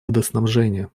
водоснабжения